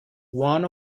one